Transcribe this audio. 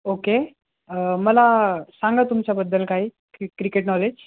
okay मला सांगा तुमच्याबद्दल काही की क्रिकेट नॉलेज